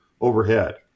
overhead